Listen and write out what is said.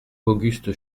auguste